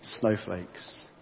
snowflakes